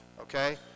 okay